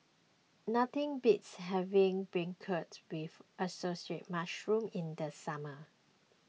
Nothing beats having Beancurd with Assorted Mushrooms in the summer